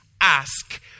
ask